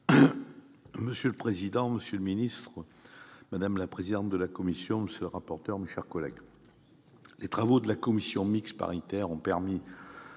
Monsieur le président, monsieur le ministre, madame la présidente de la commission, monsieur le rapporteur, mes chers collègues, les travaux de la commission mixte paritaire ont permis